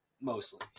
mostly